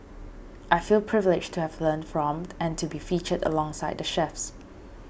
I feel privileged to have learnt from and to be featured alongside the chefs